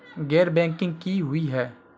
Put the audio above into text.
गैर बैंकिंग की हुई है?